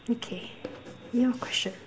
okay your question